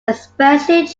especially